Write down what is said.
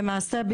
למעשה,